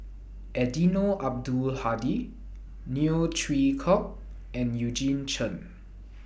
Eddino Abdul Hadi Neo Chwee Kok and Eugene Chen